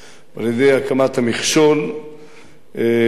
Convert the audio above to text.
על-ידי הקמת המכשול בדרום,